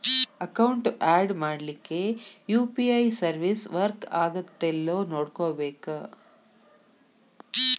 account add ಮಾಡ್ಲಿಕ್ಕೆ UPI service work ಆಗತ್ತೇಲ್ಲೋ ನೋಡ್ಕೋಬೇಕ್